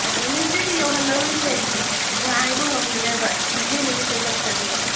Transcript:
ꯑꯣ ꯋꯥꯏꯅꯁꯗꯦꯗꯤ ꯌꯧꯍꯜꯂꯔꯣꯏꯁꯦ ꯉꯥꯏꯕ ꯉꯝꯗ꯭ꯔꯦꯕ ꯇ꯭ꯌꯨꯁꯗꯦ ꯅꯨꯃꯤꯠꯇ ꯆꯠꯈ꯭ꯔꯁꯦꯕ